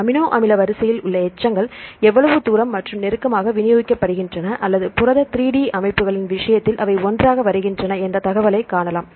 amino அமில வரிசையில் உள்ள எச்சங்கள் எவ்வளவு தூரம் மற்றும் நெருக்கமாக விநியோகிக்கப்படுகின்றன அல்லது புரத 3D கட்டமைப்புகளின் விஷயத்தில் அவை ஒன்றாக வருகின்றன என்ற தகவலை காணலாம்